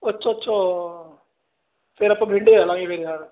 ਅੱਛਾ ਅੱਛਾ ਫੇਰ ਆਪਾਂ ਬਠਿੰਡੇ ਹੀ ਰਹਿ ਲਵਾਂਗੇ ਫੇਰ ਯਾਰ